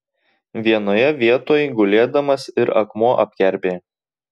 vienoje vietoj gulėdamas ir akmuo apkerpėja